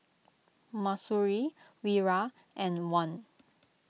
Mahsuri Wira and Wan